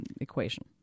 equation